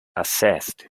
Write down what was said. assessed